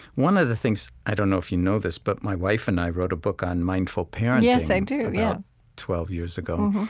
one of the things i don't know if you know this, but my wife and i wrote a book on mindful parenting, yes, i do. yeah, about twelve years ago.